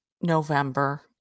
November